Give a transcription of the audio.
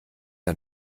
ein